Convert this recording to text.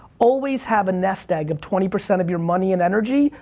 always have a nest egg of twenty percent of your money and energy,